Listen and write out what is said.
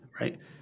right